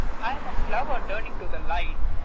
i'm a flower turning to the light,